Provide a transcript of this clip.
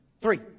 Three